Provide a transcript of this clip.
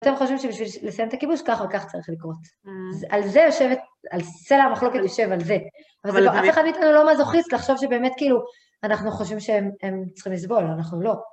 אתם חושבים שבשביל לסיים את הכיבוש, כך וכך צריך לקרות. על זה יושבת, על סלע המחלוקת יושב, על זה. אבל אף אחד מאיתנו לא מזוכיסט לחשוב שבאמת, כאילו, אנחנו חושבים שהם צריכים לסבול, אנחנו לא.